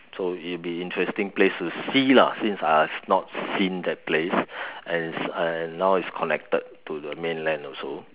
so it'd be an interesting place to see lah since I've not seen that place and as now it's connected to the mainland also